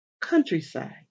Countryside